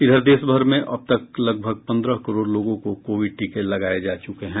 इधर देश भर में अब तक लगभग पन्द्रह करोड़ लोगों को कोविड टीके लगाये जा चुके हैं